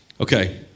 okay